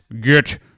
get